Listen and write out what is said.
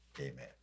Amen